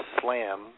slam